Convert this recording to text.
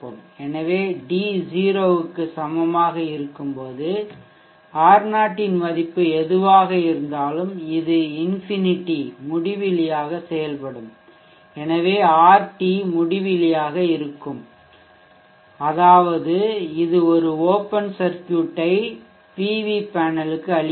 எனவே d 0 க்கு சமமாக இருக்கும்போது R0 இன் மதிப்பு எதுவாக இருந்தாலும் இது இன்ஃபினிட்டி முடிவிலி யாக செயல்படும் எனவே RT முடிவிலியாக இருக்கும் அதாவது இது ஒரு ஓப்பன் சர்க்யூட் ஐ PV பேனலுக்கு அளிக்கிறது